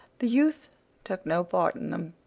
the youth took no part in them.